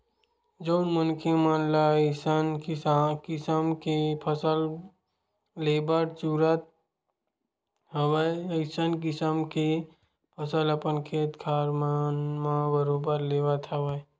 जउन मनखे मन ल जइसन किसम के फसल लेबर रुचत हवय अइसन किसम के फसल अपन खेत खार मन म बरोबर लेवत हवय